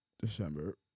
December